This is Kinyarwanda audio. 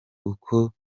uko